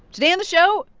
today on the show,